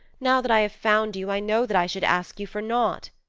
now that i have found you i know that i should ask you for nought,